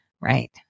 right